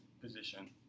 position